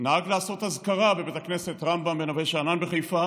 נהג לעשות אזכרה בבית הכנסת רמב"ם בנווה שאנן בחיפה